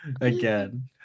Again